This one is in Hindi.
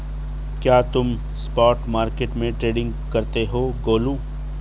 क्या तुम स्पॉट मार्केट में ट्रेडिंग करते हो गोलू?